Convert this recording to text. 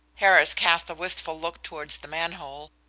harris cast a wistful look towards the manhole,